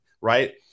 right